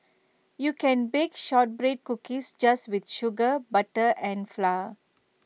you can bake Shortbread Cookies just with sugar butter and flour